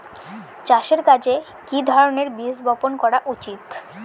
চাষের কাজে কি ধরনের বীজ বপন করা উচিৎ?